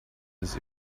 his